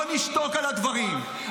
לא נשתוק על הדברים.